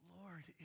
Lord